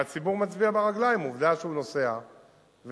והציבור מצביע ברגליים, עובדה שהוא נוסע ומשתמש,